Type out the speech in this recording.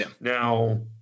Now